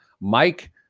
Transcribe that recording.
Mike